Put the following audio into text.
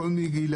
מכל מיני גילאים,